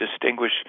distinguish